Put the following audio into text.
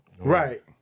Right